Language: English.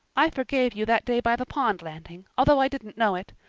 i forgave you that day by the pond landing, although i didn't know it.